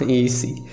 easy